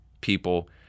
people